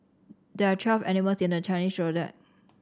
there are twelve animals in the Chinese Zodiac